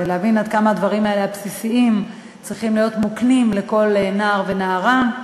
ולהבין עד כמה הדברים הבסיסיים האלה צריכים להיות מוקנים לכל נער ונערה.